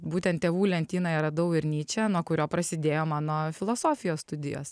būtent tėvų lentynoje radau ir nyčę nuo kurio prasidėjo mano filosofijos studijos